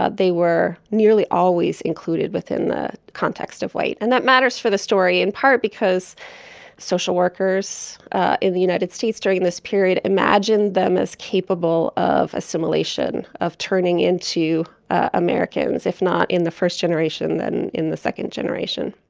ah they were nearly always included within the context of white. and that matters for the story, in part because social workers in the united states during this period imagined them as capable of assimilation, of turning into americans, if not in the first generation, then in the second generation.